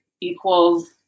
equals